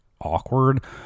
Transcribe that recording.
awkward